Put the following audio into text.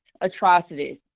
atrocities